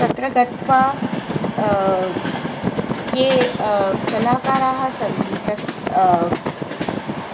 तत्र गत्वा ये कलाकाराः सन्ति तस्